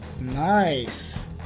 Nice